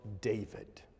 David